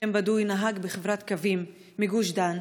שם בדוי, נהג בחברת קווים מגוש דן.